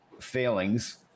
failings